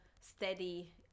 steady